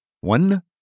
One